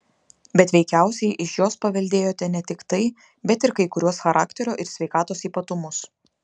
bet veikiausiai iš jos paveldėjote ne tik tai bet ir kai kuriuos charakterio ir sveikatos ypatumus